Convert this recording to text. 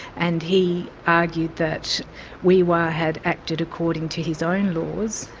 and he argued that wee-waa had acted according to his own laws,